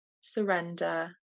surrender